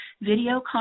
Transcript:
video